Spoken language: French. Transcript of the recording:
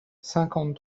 cinquante